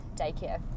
daycare